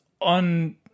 on